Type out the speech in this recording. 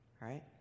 right